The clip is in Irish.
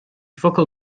focal